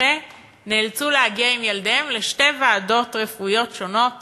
נכה נאלצו להגיע עם ילדיהם לשתי ועדות רפואיות שונות